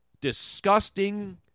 disgusting